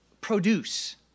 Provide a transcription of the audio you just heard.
produce